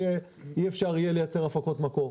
אי-אפשר יהיה לייצר הפקות מקור.